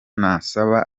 nasaba